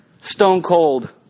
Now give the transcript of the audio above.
stone-cold